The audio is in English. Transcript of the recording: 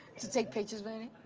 take pictures but in